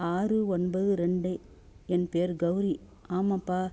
ஆறு ஒன்பது ரெண்டு என் பேர் கௌரி ஆமாம்ப்பா